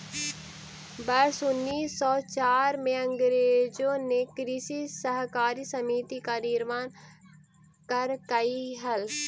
वर्ष उनीस सौ चार में अंग्रेजों ने कृषि सहकारी समिति का निर्माण करकई हल